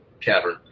cavern